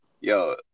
Yo